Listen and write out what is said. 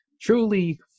truly